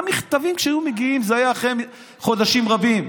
גם מכתבים שהיו מגיעים, זה היה אחרי חודשים רבים.